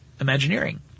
Imagineering